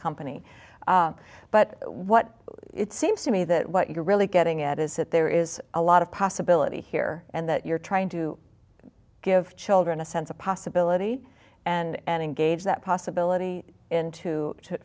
company but what it seems to me that what you're really getting at is that there is a lot of possibility here and that you're trying to give children a sense of possibility and engage that possibility into t